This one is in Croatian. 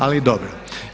Ali dobro.